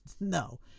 no